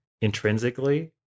intrinsically